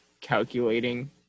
calculating